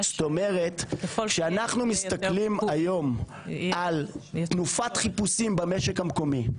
כשאנחנו מסתכלים היום על תנופת חיפושים במשק המקומי,